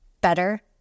better